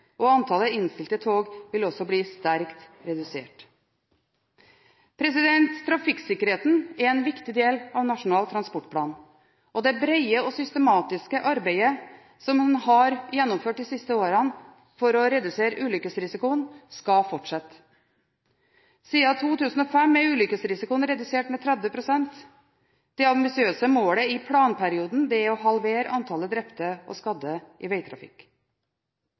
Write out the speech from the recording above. og antallet innstilte tog vil også bli sterkt redusert. Trafikksikkerheten er en viktig del av Nasjonal transportplan, og det brede og systematiske arbeidet man har gjennomført de siste årene for å redusere ulykkesrisikoen, skal fortsette. Siden 2005 er ulykkesrisikoen redusert med 30 pst. Det ambisiøse målet i planperioden er å halvere antallet drepte og skadde i